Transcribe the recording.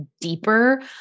deeper